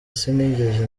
sinigeze